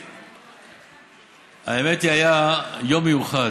האמת, היה יום מיוחד,